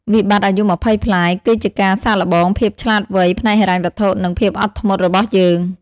វិបត្តិអាយុ២០ប្លាយ គឺជាការសាកល្បង "ភាពឆ្លាតវៃផ្នែកហិរញ្ញវត្ថុ" និង "ភាពអត់ធ្មត់" របស់យើង។